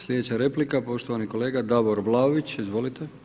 Slijedeća replika poštovani kolega Davor Vlaović, izvolite.